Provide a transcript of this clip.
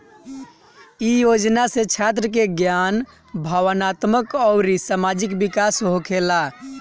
इ योजना से छात्र के ज्ञान, भावात्मक अउरी सामाजिक विकास होखेला